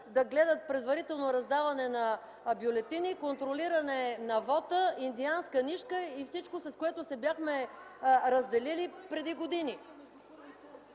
да гледат предварително раздаване на бюлетини, контролиране на вота, индианска нишка и всичко, с което се бяхме разделили преди години.